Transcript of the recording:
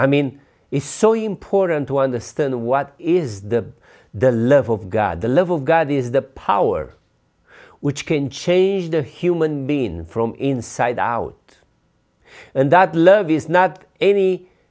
i mean is so important to understand what is the the love of god the love of god is the power which can change the human being from inside out and that love is not any